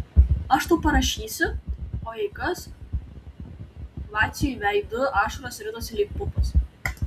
aš tau parašysiu o jei kas vaciui veidu ašaros ritosi lyg pupos